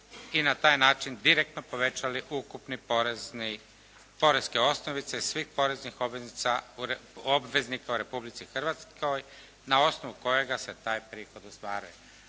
i na taj način direktno povećali ukupni porezni, poreske osnovice i svih poreznih obveznika u Republici Hrvatskoj, na osnovu kojega se taj prihod ostvaruje."